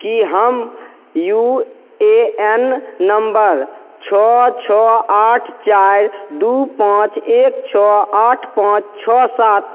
की हम U A N number छओ छओ आठ चारि दू पाँच एक छओ आठ पाँच छओ सात